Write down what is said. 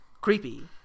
creepy